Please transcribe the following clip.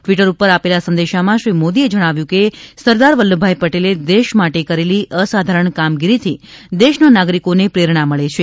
Twitter ઉપર આપેલા સંદેશામાં શ્રી મોદીએ જણાવ્યું છે કે સરદાર વલ્લભભાઇ પટેલે દેશ માટે કરેલી અસાધારણ કામગીરીથી દેશના નાગરિકોને પ્રેરણા મળે છે